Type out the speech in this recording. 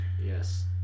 Yes